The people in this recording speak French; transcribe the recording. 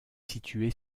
situé